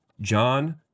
John